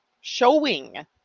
showing